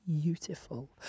beautiful